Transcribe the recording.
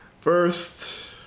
First